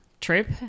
trip